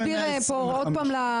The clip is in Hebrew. את יכולה רק להסביר פה עוד פעם,